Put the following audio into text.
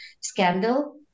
scandal